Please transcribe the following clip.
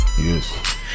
Yes